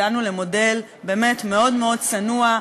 הגענו למודל באמת מאוד מאוד צנוע,